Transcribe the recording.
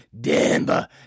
Denver